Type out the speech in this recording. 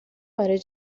برای